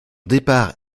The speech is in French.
départ